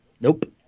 Nope